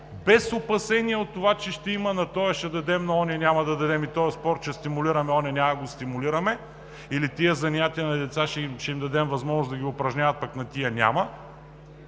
без опасения от това, че ще има: на този ще дадем, на оня няма да дадем и този спорт ще стимулираме, оня няма да го стимулираме или тези занятия на децата ще им дадем възможност да ги упражняват, пък на тези няма